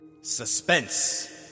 suspense